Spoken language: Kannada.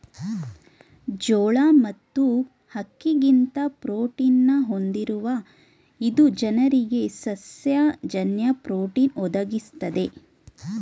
ಜೋಳ ಮತ್ತು ಅಕ್ಕಿಗಿಂತ ಪ್ರೋಟೀನ ಹೊಂದಿರುವ ಇದು ಜನರಿಗೆ ಸಸ್ಯ ಜನ್ಯ ಪ್ರೋಟೀನ್ ಒದಗಿಸ್ತದೆ